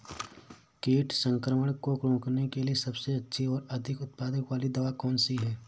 कीट संक्रमण को रोकने के लिए सबसे अच्छी और अधिक उत्पाद वाली दवा कौन सी है?